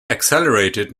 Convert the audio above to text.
accelerated